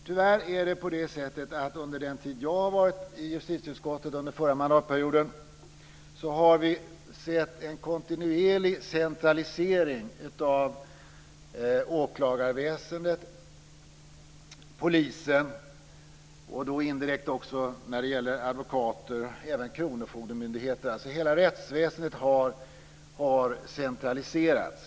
Tyvärr har vi under den tid som jag har varit i justitieutskottet, under den förra mandatperioden, sett en kontinuerlig centralisering av åklagarväsendet, polisen och då indirekt av advokater och även kronofogdemyndigheter. Hela rättsväsendet har alltså centraliserats.